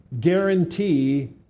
guarantee